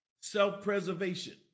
self-preservation